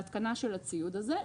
להתקנה של הציוד הזה,